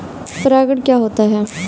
परागण क्या होता है?